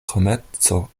komerco